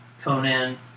Conan